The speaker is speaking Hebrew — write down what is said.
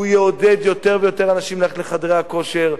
הוא יעודד יותר ויותר אנשים ללכת לחדרי הכושר,